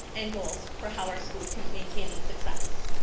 and goals for how are school can maintain the success.